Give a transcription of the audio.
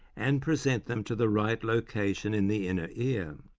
and present them to the right location in the inner ear.